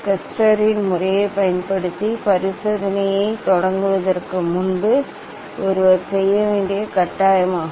ஸ்கஸ்டரின் முறையைப் பயன்படுத்தி பரிசோதனையைத் தொடங்குவதற்கு முன்பு ஒருவர் செய்ய வேண்டியது கட்டாயமாகும்